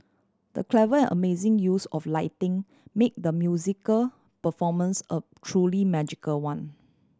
the clever amazing use of lighting made the musical performance a truly magical one